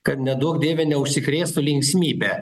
kad neduok dieve neužsikrėstų linksmybe